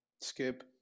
Skip